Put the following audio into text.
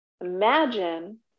imagine